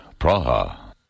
Praha